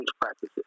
practices